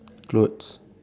clothes